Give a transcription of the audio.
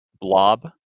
blob